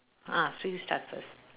ah so you start first